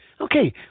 Okay